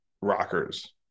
rockers